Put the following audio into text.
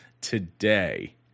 today